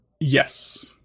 Yes